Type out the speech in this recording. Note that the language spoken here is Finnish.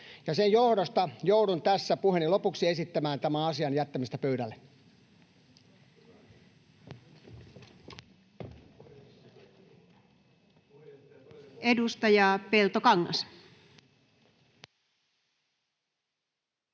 sen johdosta joudun tässä puheeni lopuksi esittämään tämän asian jättämistä pöydälle.